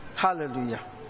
Hallelujah